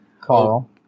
Carl